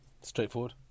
Straightforward